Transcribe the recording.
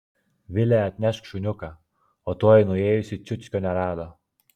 vile atnešk šuniuką o toji nuėjusi ciuckio nerado